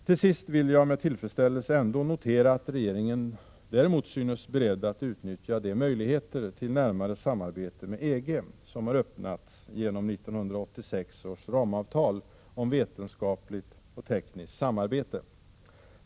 Till sist vill jag med tillfredsställelse notera att regeringen däremot nu synes beredd att utnyttja de möjligheter till närmare samarbete med EG som har öppnats genom 1986 års ramavtal om vetenskapligt och tekniskt samarbete.